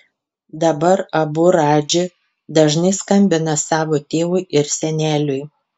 dabar abu radži dažnai skambina savo tėvui ir seneliui